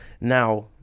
Now